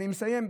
אני מסיים.